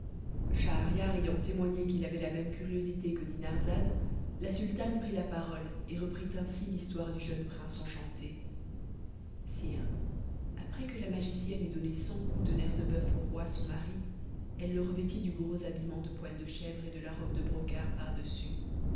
schahriar ayant témoigné qu'il avait la même curiosité que dinarzade la sultane prit la parole et reprit ainsi l'histoire du jeune prince enchanté sire après que la magicienne eut donné cent coups de nerf de boeuf au roi son mari elle le revêtit du gros habillement de poil de chèvre et de la robe de brocart par-dessus